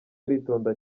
aritonda